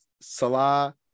Salah